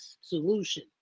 solution